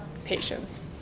Patience